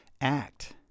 act